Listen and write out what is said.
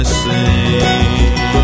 sing